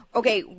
okay